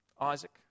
Isaac